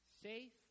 Safe